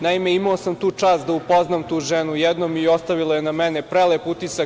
Naime, imao sam tu čast da upoznam tu ženu i ostavila je na mene prelep utisak.